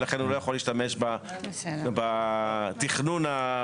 ולכן הוא לא יכול להשתמש בתכנון שממנו,